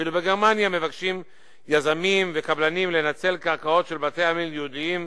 אפילו בגרמניה מבקשים יזמים וקבלנים לנצל קרקעות של בתי-עלמין יהודיים